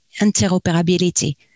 interoperability